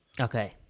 Okay